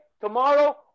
tomorrow